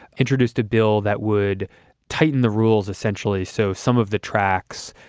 introduced a bill that would tighten the rules essentially. so some of the tracks,